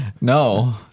No